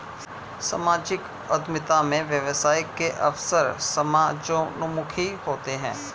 सामाजिक उद्यमिता में व्यवसाय के अवसर समाजोन्मुखी होते हैं